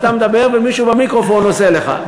אתה מדבר ומישהו במיקרופון עושה לך,